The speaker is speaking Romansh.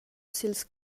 sils